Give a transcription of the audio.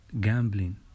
gambling